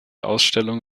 ausstellungen